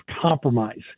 compromise